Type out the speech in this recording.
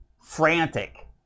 frantic